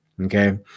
Okay